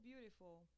beautiful